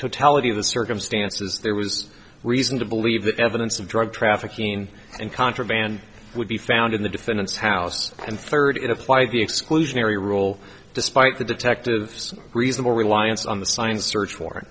totality of the circumstances there was reason to believe that evidence of drug trafficking and contraband would be found in the defendant's house and third in apply the exclusionary rule despite the detective reasonable reliance on the sign search